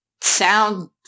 sound